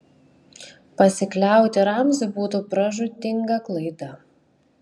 pasikliauti ramziu būtų pražūtinga klaida